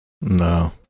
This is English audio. No